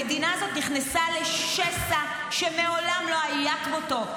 המדינה הזאת נכנסה לשסע שמעולם לא היה כמותו,